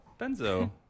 Benzo